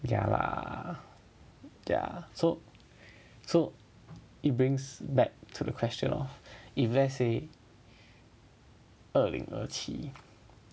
ya lah ya so so it brings back to the question lor if let's say 二零二七